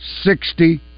sixty